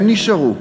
הם נשארו,